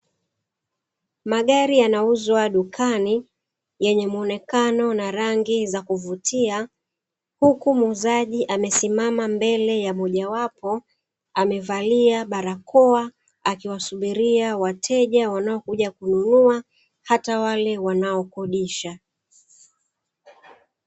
Magari yanauzwa dukani yenye muonekano na rangi za kuvutia, huku muuzaji amesimama mbele ya moja wapo amevalia barakoa akiwa subiria wateja wanao kuja kununua hata wale wanao kodisha.